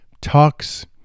talks